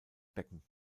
becken